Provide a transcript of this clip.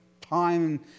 time